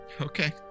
okay